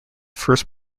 first